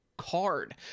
card